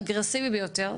אגרסיבי ביותר,